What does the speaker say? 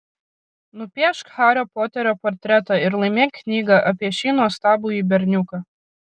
nupiešk hario poterio portretą ir laimėk knygą apie šį nuostabųjį berniuką